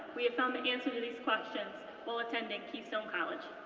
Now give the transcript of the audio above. we have found the answer to these questions while attending keystone college.